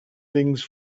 things